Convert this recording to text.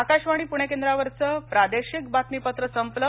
आकाशवाणी पूणे केंद्रावरचं प्रादेशिक बातमीपत्र संपलं